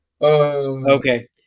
Okay